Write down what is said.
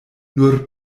nur